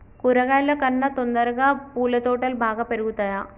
కూరగాయల కన్నా తొందరగా పూల తోటలు బాగా పెరుగుతయా?